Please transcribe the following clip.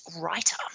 Writer